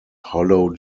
hollow